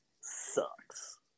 sucks